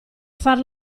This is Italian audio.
far